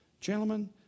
Gentlemen